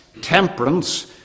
temperance